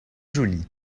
joli